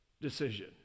decision